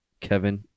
Kevin